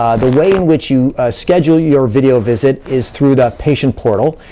ah the way in which you schedule your video visit is through the patient portal.